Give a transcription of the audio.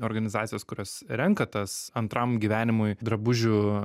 organizacijos kurios renka tas antram gyvenimui drabužių